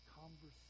conversation